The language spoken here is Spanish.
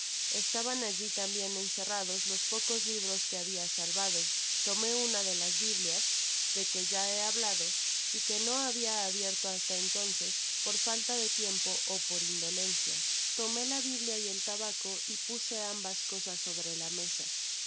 estaban alli también encerrados los pocos libros que habia salvado tomé una de hs biblias de que ya he hablado y que no habia abierto hasta entonces por faita de tiempo ó por indolencia t tomé la biblia y'el tabaco y puse ambas cosas sobrela mesa yo